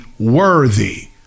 worthy